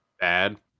bad